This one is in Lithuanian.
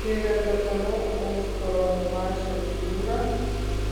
kai repetavau oskaro milašiaus jūrą